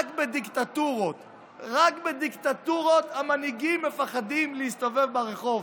רק בדיקטטורות המנהיגים מפחדים להסתובב ברחוב,